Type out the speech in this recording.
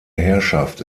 herrschaft